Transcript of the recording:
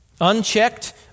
Unchecked